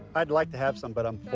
i'd like to have some, but i'm full.